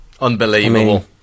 Unbelievable